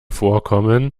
vorkommen